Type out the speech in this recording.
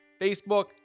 Facebook